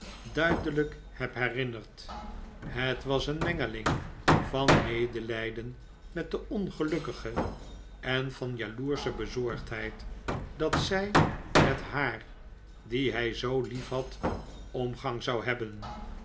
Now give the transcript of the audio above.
duidelijk heb herinnerd het was een mengeling van medelijden met de ongelukkige en van jaloersche bezorgdheid dat zij met haar die hij zoo liefhad omgang zou hebben